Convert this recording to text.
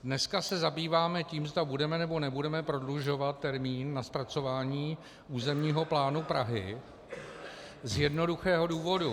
Dneska se zabýváme tím, zda budeme, nebo nebudeme prodlužovat termín na zpracování územního plánu Prahy z jednoduchého důvodu.